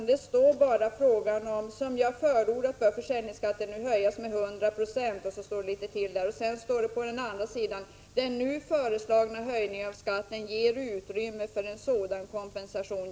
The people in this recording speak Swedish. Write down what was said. Det står bara: ”Som jag förordat bör försäljningsskatten nu höjas med 100 96.” Vidare står det: ”Den nu föreslagna höjningen av skatten ger utrymme för en sådan kompensation.